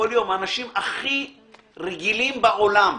אנשים הכי רגילים בעולם,